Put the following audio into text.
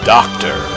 Doctor